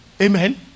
Amen